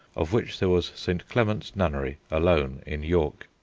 of which there was st. clement's nunnery alone in york.